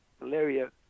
malaria